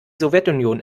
sowjetunion